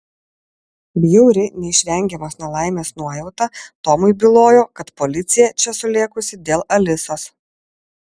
bjauri neišvengiamos nelaimės nuojauta tomui bylojo kad policija čia sulėkusi dėl alisos